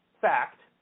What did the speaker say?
fact